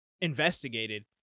investigated